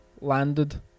landed